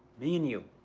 me and you.